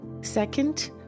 Second